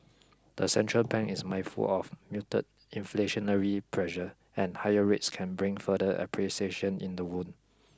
the central bank is mindful of muted inflationary pressure and higher rates can bring further appreciation in the won